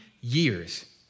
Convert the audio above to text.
years